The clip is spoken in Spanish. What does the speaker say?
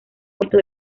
puesto